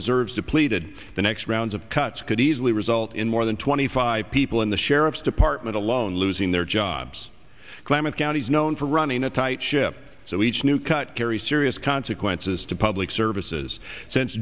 reserves depleted the next round of cuts could easily result in more than twenty five people in the sheriff's department alone losing their jobs klamath county is known for running a tight ship so each new cut carry serious consequences to public services since